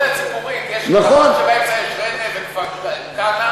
נכון שבאמצע יש את ריינה וכפר-כנא,